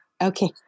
okay